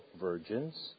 virgins